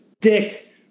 Dick